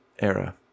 era